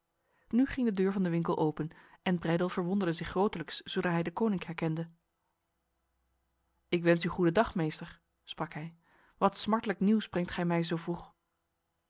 nu ging de deur van de winkel open en breydel verwonderde zich grotelijks zodra hij deconinck herkende ik wens u goedendag meester sprak hij wat smartlijk nieuws brengt gij mij zo vroeg